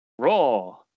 Raw